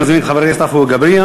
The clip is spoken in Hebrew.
אני מזמין את חבר הכנסת עפו אגבאריה.